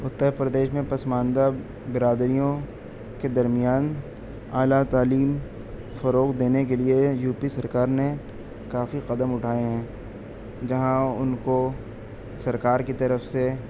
اتر پردیش میں پسماندہ برادریوں کے درمیان اعلیٰ تعلیم فروغ دینے کے لیے یو پی سرکار نے کافی قدم اٹھائے ہیں جہاں ان کو سرکار کی طرف سے